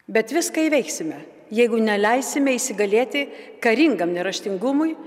bet viską įveiksime jeigu neleisime įsigalėti karingam neraštingumui